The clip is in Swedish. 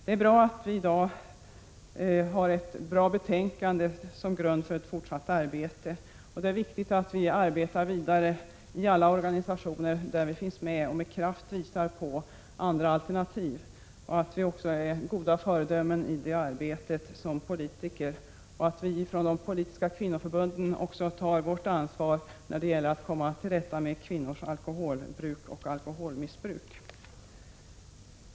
Det är bra att vi i dag har ett bra betänkande som grund för ett fortsatt arbete. Det är viktigt att vi arbetar vidare i alla organisationer där vi finns med och med kraft visar på andra alternativ och att vi också är goda föredömen i arbetet som politiker samt att vi från de politiska kvinnoförbunden tar vårt ansvar när det gäller att komma till rätta med kvinnors alkoholbruk och alkoholmissbruk.